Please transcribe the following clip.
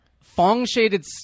fong-shaded